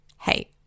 Hey